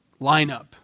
lineup